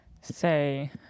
say